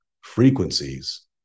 frequencies